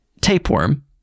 tapeworm